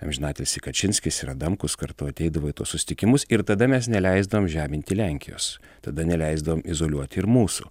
amžinatilsį kačinskis ir adamkus kartu ateidavo į tuos susitikimus ir tada mes neleisdavom žeminti lenkijos tada neleisdavom izoliuoti ir mūsų